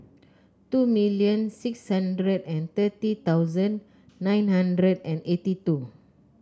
two million six hundred and thirty thousand nine hundred and eighty two